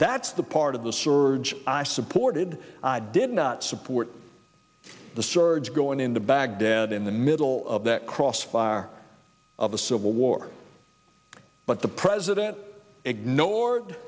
that's the part of the surge i supported i did not support the surge going into baghdad in the middle of that crossfire of a civil war but the president ignored